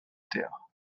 taire